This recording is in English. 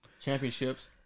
championships